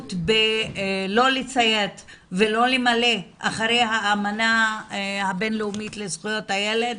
הבוטות בלא לציית ולא למלא אחר האמנה הבינלאומית לזכויות הילד,